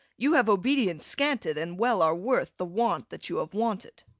you have obedience scanted, and well are worth the want that you have wanted.